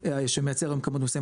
שמייצר היום כמות מסוימת,